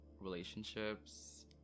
relationships